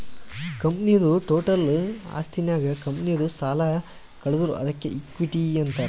ಕಂಪನಿದು ಟೋಟಲ್ ಆಸ್ತಿನಾಗ್ ಕಂಪನಿದು ಸಾಲ ಕಳದುರ್ ಅದ್ಕೆ ಇಕ್ವಿಟಿ ಅಂತಾರ್